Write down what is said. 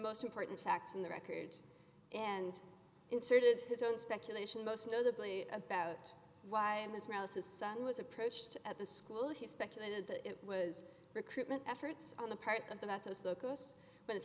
most important facts in the record and inserted his own speculation most notably about why in israel's his son was approached at the school he speculated that it was recruitment efforts on the